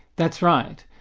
that's right.